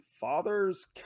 fathers